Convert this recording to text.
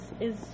is-